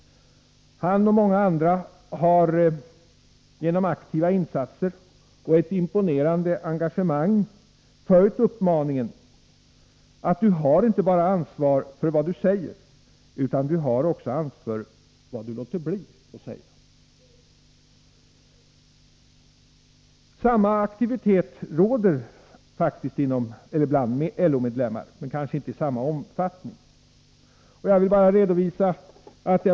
Han och många andra har genom aktiva insatser och ett imponerande engagemang följt uppmaningen att du har inte bara ansvar för vad du säger, utan du har också ansvar för det du låter bli att säga. Samma aktivitet råder faktiskt bland LO-medlemmarna, men kanske inte i samma omfattning.